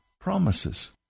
promises